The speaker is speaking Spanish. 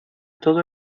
todo